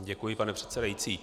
Děkuji, pane předsedající.